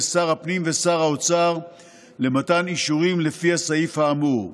שר הפנים ושר האוצר למתן אישורים לפי הסעיף האמור.